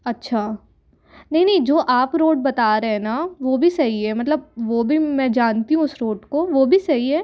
अच्छा नई नई जो आप रोड बता रहे ना वो भी सही है मतलब वो भी मैं जानती हूँ उस रोड को वो भी सही है